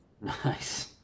Nice